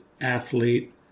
athlete